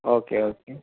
okay okay